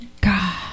God